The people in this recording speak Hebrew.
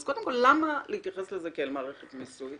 אז קודם כול תענה למה להתייחס לזה כאל מערכת מיסוי,